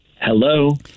Hello